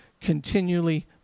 continually